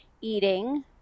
eating